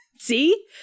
See